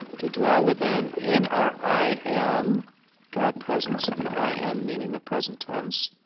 to dwell within in our i am god presence the i am, meaning the present tense.